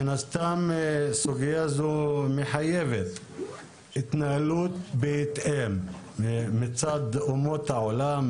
מן הסתם סוגיה זו מחייבת התנהלות בהתאם מצד אומות העולם,